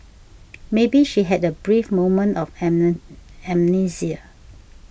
maybe she had a brief moment of am amnesia